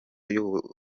y’ubuyobozi